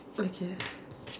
okay